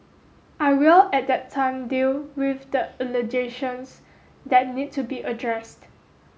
I will at that time deal with the allegations that need to be addressed